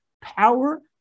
power